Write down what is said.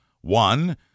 one